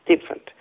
different